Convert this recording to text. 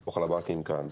מהפיקוח על הבנקים כאן.